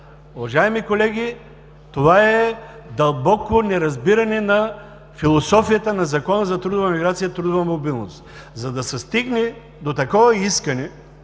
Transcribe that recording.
Уважаеми колеги, това е дълбоко неразбиране на философията на Закона за трудовата миграция и трудовата мобилност. За да се стигне до такова искане